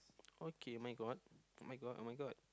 okay [oh]-my-god [oh]-my-god [oh]-my-god